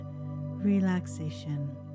relaxation